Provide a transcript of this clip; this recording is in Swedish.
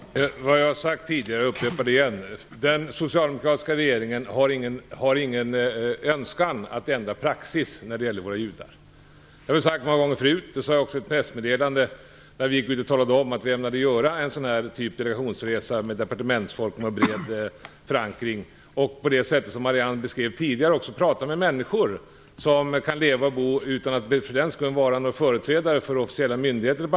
Herr talman! Vad jag sagt tidigare upprepar jag nu: Den socialdemokratiska regeringen har ingen önskan att ändra praxis när det gäller våra judar. Det har jag sagt många gånger förut. Det skrev jag också i ett pressmeddelande där vi talade om att vi ämnade göra att en delegationsresa med departementsfolk med bred förankring och, på det sätt som Marianne Andersson talade om, prata med människor för att få en bred uppfattning. De behöver inte vara några företrädare för officiella myndigheter.